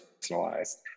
personalized